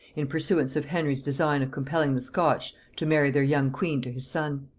in pursuance of henry's design of compelling the scotch to marry their young queen to his son.